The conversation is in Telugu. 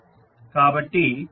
కాబట్టి ఇది G4sH2s అవుతుంది